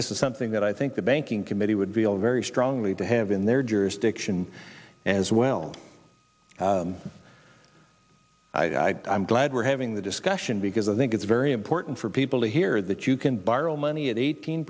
this is something that i think the banking committee would be able very strongly to have in their jurisdiction as well i am glad we're having the discussion because i think it's very important for people to hear that you can borrow money at eighteen